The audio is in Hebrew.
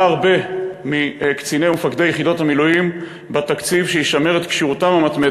עלה הרבה מקציני ומפקדי יחידות המילואים שיש צורך חיוני